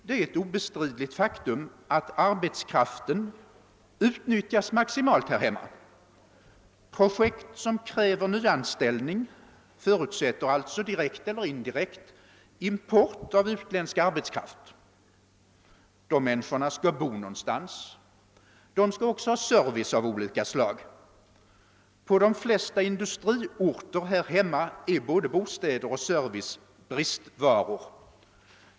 Det är ett obestridligt faktum att arbetskraften utnyttjas maximalt här hemma. Projekt som kräver nyanställning förutsätter alltså — direkt eller indirekt — import av utländsk arbetskraft. Dessa människor skall bo någonstans, de skall också ha service av olika slag. På de flesta industriorter här hemma är både bostäder och service bristvaror.